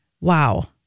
wow